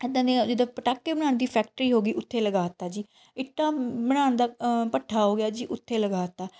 ਇੱਦਾਂ ਦੀਆਂ ਜਿੱਦਾਂ ਪਟਾਕੇ ਬਣਾਉਣ ਦੀ ਫੈਕਟਰੀ ਹੋ ਗਈ ਉੱਥੇ ਲਗਾ ਤਾ ਜੀ ਇੱਟਾਂ ਬਣਾਉਣ ਦਾ ਭੱਠਾ ਹੋ ਗਿਆ ਜੀ ਉੱਥੇ ਲਗਾ ਤਾ